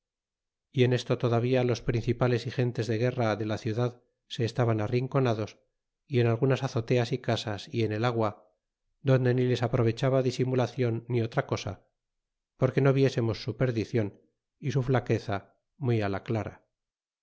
en esto todavía los principales y gen te de guerra de la ciudad se estaban arrinconados y en alga nas azotas y casas y en et agua donde ni les aprovechaba di simulacion ni otra cosa porque no viesemos su perdicion y a su flaqueza muy á la clara